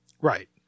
Right